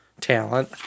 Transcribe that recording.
talent